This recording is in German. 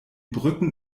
brücken